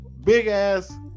big-ass